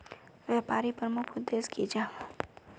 व्यापारी प्रमुख उद्देश्य की जाहा?